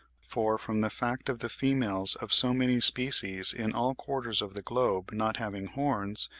for, from the fact of the females of so many species in all quarters of the globe not having horns,